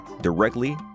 directly